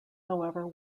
however